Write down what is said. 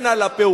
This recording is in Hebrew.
הן על הפעולה,